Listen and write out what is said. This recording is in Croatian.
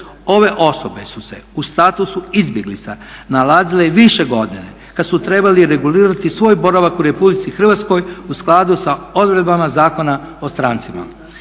Ove osobe su se u statusu izbjeglica nalazile više godina kad su trebali regulirati svoj boravak u RH u skladu sa odredbama Zakona o strancima.